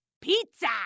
Pizza